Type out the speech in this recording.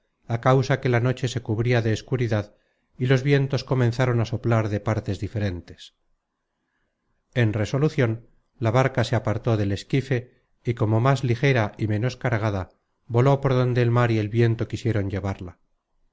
á causa que la noche se cubria de escuridad y los vientos comenzaron á soplar de partes diferentes en resolucion la barca se apartó del esquife y como más ligera y menos cargada voló por donde el mar y el viento quisieron llevarla